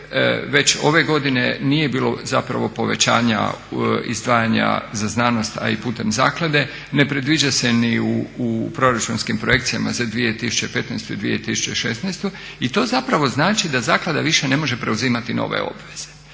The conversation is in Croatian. već ove godine nije bilo povećanja izdvajanja za znanost a i putem zaklade, ne predviđa se ni u proračunskim projekcijama za 2015.i 2016.i to znači da zaklada više ne može preuzimati nove obveze.